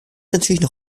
natürlich